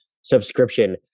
subscription